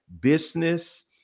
business